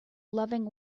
loving